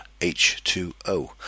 H2O